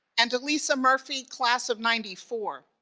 and elisa murphy, class of ninety four,